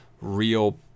real